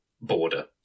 border